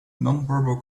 nonverbal